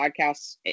podcasts